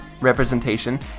Representation